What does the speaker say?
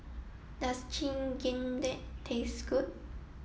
does Chigenabe taste good